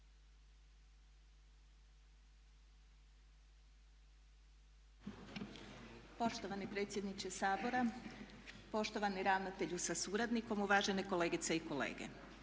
Poštovani predsjedniče Sabora, poštovani ravnatelju sa suradnikom, uvažene kolegice i kolege.